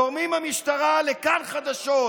גורמים במשטרה לכאן חדשות: